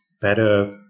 better